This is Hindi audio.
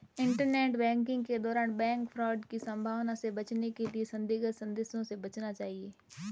इंटरनेट बैंकिंग के दौरान बैंक फ्रॉड की संभावना से बचने के लिए संदिग्ध संदेशों से बचना चाहिए